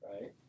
Right